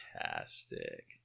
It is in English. Fantastic